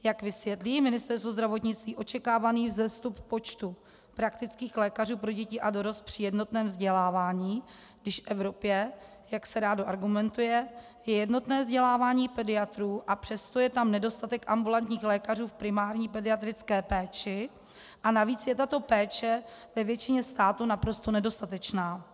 Jak vysvětlí Ministerstvo zdravotnictví očekávaný vzestup počtu praktických lékařů pro děti a dorost při jednotném vzdělávání, když v Evropě, jak se rádo argumentuje, je jednotné vzdělávání pediatrů, a přesto je tam nedostatek ambulantních lékařů v primární pediatrické péči, a navíc je tato péče ve většinu států naprosto nedostatečná?